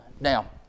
Now